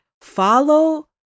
Follow